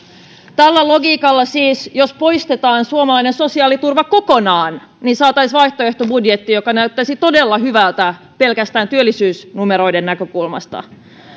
tällä logiikalla siis poistetaan suomalainen sosiaaliturva kokonaan niin saataisiin vaihtoehtobudjetti joka näyttäisi todella hyvältä pelkästään työllisyysnumeroiden näkökulmasta